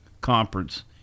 Conference